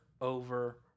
over